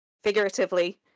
figuratively